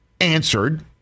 answered